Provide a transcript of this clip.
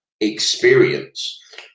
experience